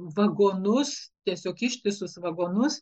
vagonus tiesiog ištisus vagonus